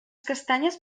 castanyes